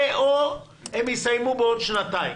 או הם יסיימו בעוד שנתיים.